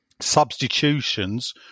substitutions